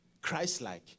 Christ-like